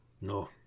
No